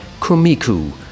Kumiku